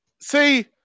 See